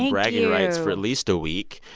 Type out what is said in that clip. and bragging rights for at least a week.